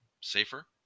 safer